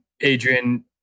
Adrian